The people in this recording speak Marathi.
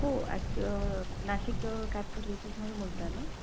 हो ॲक्चु नाशिक कॅब सर्व्हिसेसमधून बोलत आहे ना